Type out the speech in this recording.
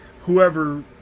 whoever